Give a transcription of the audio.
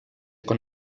con